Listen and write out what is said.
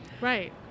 Right